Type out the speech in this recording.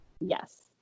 Yes